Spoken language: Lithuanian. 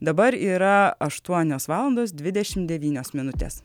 dabar yra aštuonios valandos dvidešimt devynios minutės